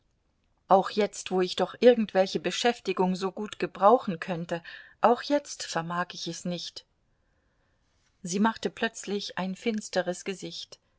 auch jetzt wo ich doch irgendwelche beschäftigung so gut gebrauchen könnte auch jetzt vermag ich es nicht sie machte plötzlich ein finsteres gesicht